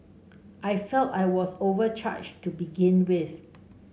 I felt I was overcharged to begin with